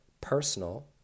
personal